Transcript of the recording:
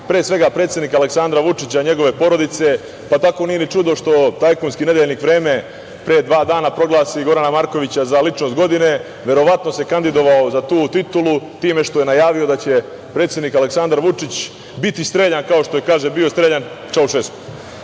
pre svega predsednika Aleksandra Vučića i njegove porodice, pa tako nije ni čudo što tajkunski nedeljnik „Vreme“ pre dve dana proglasi Gorana Markovića za ličnost godine. Verovatno se kandidovao za tu titulu time što je najavio da će predsednik Aleksandar Vučić biti streljan kao što je, kaže, bio streljan Čaušesku.E,